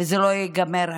וזה לא ייגמר היום.